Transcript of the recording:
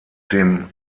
dem